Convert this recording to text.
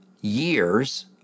years